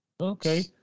Okay